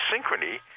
synchrony